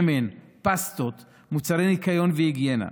שמן, פסטות, מוצרי ניקיון והיגיינה.